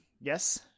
Yes